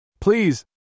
Please